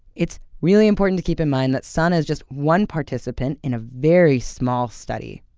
it's really important to keep in mind that sanna is just one participant in a very small study.